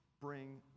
bring